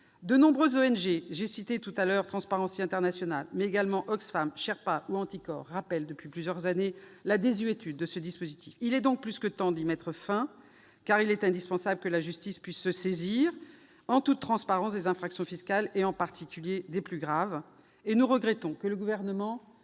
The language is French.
De nombreuses ONG- j'ai cité Transparency International, mais on peut ajouter Oxfam, Sherpa ou Anticor -rappellent depuis plusieurs années la désuétude de ce dispositif. Il est donc plus que temps d'y mettre fin, car il est indispensable que la justice puisse se saisir en toute transparence des infractions fiscales, en particulier des plus graves. Nous regrettons que le Gouvernement